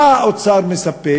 מה האוצר מספק?